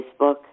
Facebook